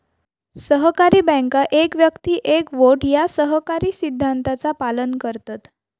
सहकारी बँका एक व्यक्ती एक वोट या सहकारी सिद्धांताचा पालन करतत